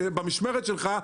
במשמרת שלך,